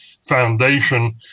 Foundation